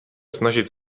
snažit